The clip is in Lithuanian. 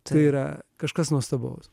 tai yra kažkas nuostabaus